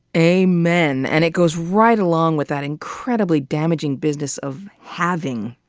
amen. and it goes right along with that incredibly damaging business of halving,